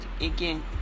again